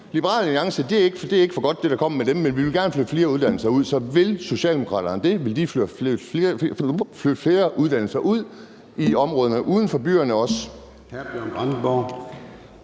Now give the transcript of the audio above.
Liberal Alliance, men vi vil gerne flytte flere uddannelser ud. Så vil Socialdemokraterne det? Vil I flytte flere uddannelser ud i områderne uden for byerne?